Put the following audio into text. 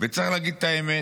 צריך להגיד את האמת,